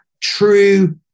true